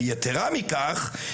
יתרה מכך,